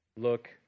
Look